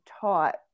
taught